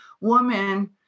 woman